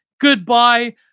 goodbye